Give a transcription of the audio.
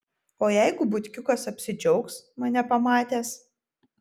o jeigu butkiukas apsidžiaugs mane pamatęs